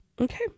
Okay